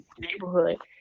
neighborhood